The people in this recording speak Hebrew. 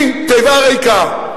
היא תיבה ריקה.